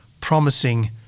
promising